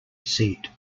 seat